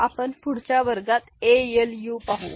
आम्ही पुढच्या वर्गात ALU पाहू